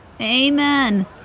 Amen